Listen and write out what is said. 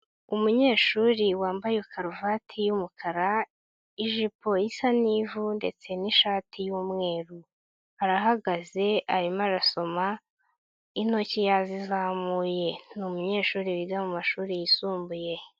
Umunyeshuri wambaye karuvati y'umukara, ijipo isa n'ivu ndetse n'ishati y'umweru. Arahagaze, arimo arasoma, intoki yazizamuye, ni umunyeshuri wiga mu mashuri yisumbuye.